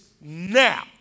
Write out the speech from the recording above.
now